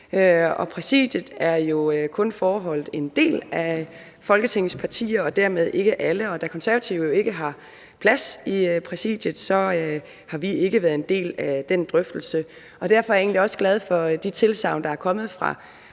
Præsidiet er jo kun forbeholdt en del af Folketingets partier og dermed ikke alle, og da Konservative jo ikke har plads i Præsidiet, så har vi ikke været en del af den drøftelse. Derfor er jeg egentlig også glad for de tilsagn, der i dag er kommet fra